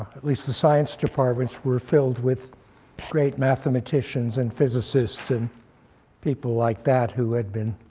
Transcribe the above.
at least the science departments were filled with great mathematicians and physicists and people like that who had been